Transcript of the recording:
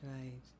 Right